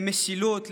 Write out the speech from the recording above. למשילות,